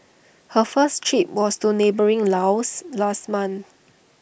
her first trip was to neighbouring Laos last month